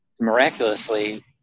miraculously